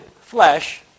flesh